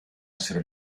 essere